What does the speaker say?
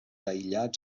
aïllats